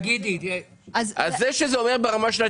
אז מה זה אומר?